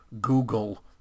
Google